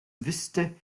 wüsste